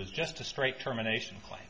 was just a straight terminations claim